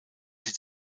sie